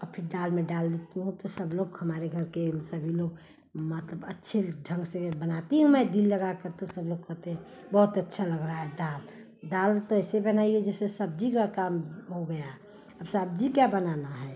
अब फिर दाल में डाल देती हूँ तो सब लोग हमारे घर के सभी लोग मतलब अच्छे ढंग से बनाती हूँ मैं दिल लगाकर तो सब लोग कहते हैं बहुत अच्छी लग रही है दाल दाल तो ऐसे बनाई हो जैसे सब्ज़ी का काम हो गया अब सब्ज़ी क्या बनाना है